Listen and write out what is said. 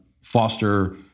foster